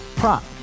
prop